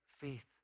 faith